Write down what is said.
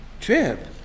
Trip